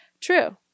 true